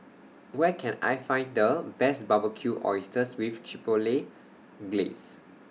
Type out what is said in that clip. Where Can I Find The Best Barbecued Oysters with Chipotle Glaze